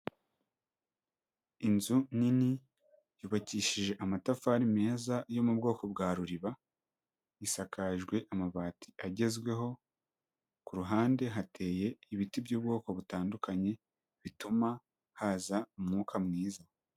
Inzu nini yubakishije amatafari meza yo mu bwoko bwa ruriba, isakajwe amabati agezweho, ku ruhande hateye ibiti by'ubwoko butandukanye bituma haza umwuka mwiza.